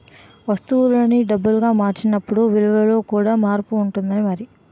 వస్తువుల్ని డబ్బుగా మార్చినప్పుడు విలువలో కూడా మార్పు ఉంటుంది మరి